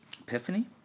Epiphany